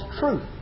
truth